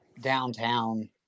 downtown